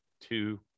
two